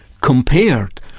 compared